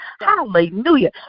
Hallelujah